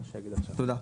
תודה.